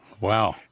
Wow